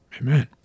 Amen